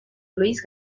luis